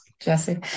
Jesse